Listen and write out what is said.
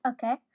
Okay